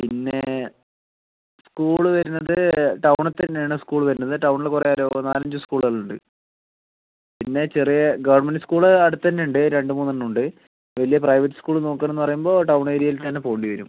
പിന്നേ സ്കൂള് വരണത് ടൗണിൽ തന്നെയാണ് സ്കൂള് വരുന്നത് ടൗണില് കുറെ ഒരൂ നാലഞ്ച് സ്കൂളുകളുണ്ട്പിന്നേ ചെറിയ ഗവൺമെൻറ് സ്കൂള് അടുത്ത് തന്നെ ഉണ്ട് രണ്ട് മൂന്നെണ്ണമുണ്ട് വലിയ പ്രൈവറ്റ് സ്കൂള് നോക്കണമെന്ന് പറയുമ്പോൾ ടൗണ് ഏരിയയിൽ തന്നെ പോകേണ്ടി വരും